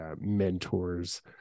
mentors